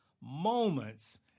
moments